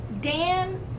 Dan